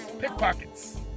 pickpockets